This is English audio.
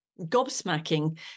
gobsmacking